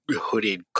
hooded